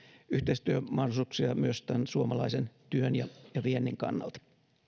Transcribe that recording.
yhteistyömahdollisuuksia myös tämän suomalaisen työn ja ja viennin kannalta